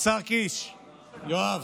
יואב,